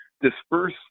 disperse